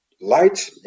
light